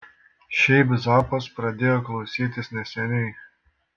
šiaip zappos pradėjau klausytis neseniai